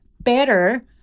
better